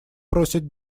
просят